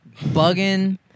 Bugging